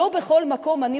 לא בכל מקום אני,